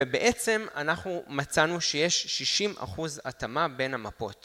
ובעצם אנחנו מצאנו שיש 60 אחוז התאמה בין המפות.